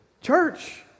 church